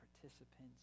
participants